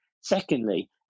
Secondly